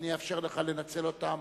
ואני אאפשר לך לנצל אותן.